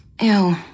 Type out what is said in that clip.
Ew